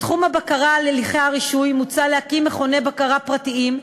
בתחום הבקרה על הליכי הרישוי מוצע להקים מכוני בקרה פרטיים,